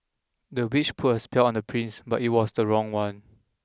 the witch put a spell on the prince but it was the wrong one